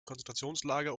konzentrationslager